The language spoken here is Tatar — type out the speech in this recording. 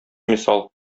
мисал